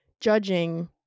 judging